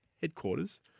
headquarters